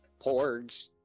porgs